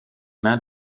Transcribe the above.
mains